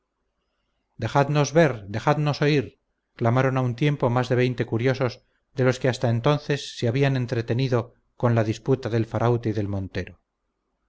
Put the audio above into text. dejadnos ver dejadnos oír clamaron a un tiempo más de veinte curiosos de los que hasta entonces se habían entretenido con la disputa del faraute y del montero